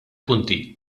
punti